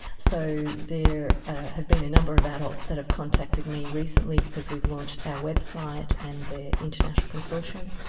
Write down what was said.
so there have been a number of adults that have contacted me recently because we've launched our website and the international consortium,